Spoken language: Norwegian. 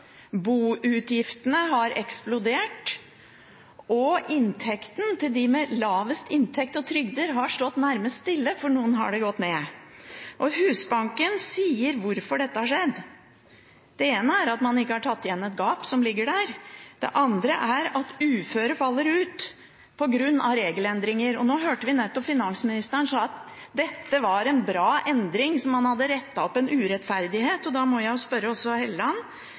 boutgiftene har eksplodert, og inntekten til dem med lavest inntekt og trygder har stått nærmest stille, og for noen har den gått ned. Husbanken sier hvorfor dette har skjedd. Det ene er at man ikke har tatt igjen et gap som ligger der. Det andre er at uføre faller ut på grunn av regelendringer. Nå hørte vi nettopp finansministeren si at dette var en bra endring, som om man hadde rettet opp en urettferdighet. Da må jeg spørre også Helleland: